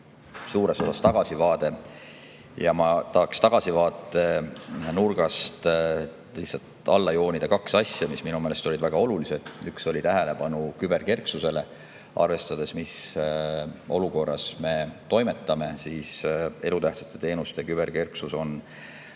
suures osas tagasivaade. Ma tahaksin tagasivaatenurgast alla joonida kaks asja, mis on minu meelest väga olulised. Üks asi on tähelepanu [pööramine] küberkerksusele. Arvestades, mis olukorras me toimetame, on elutähtsate teenuste küberkerksus